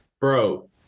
bro